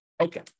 Okay